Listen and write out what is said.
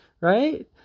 right